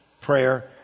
prayer